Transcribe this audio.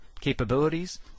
capabilities